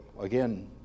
again